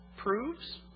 Proves